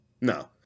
No